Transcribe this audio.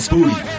Booty